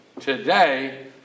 today